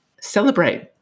celebrate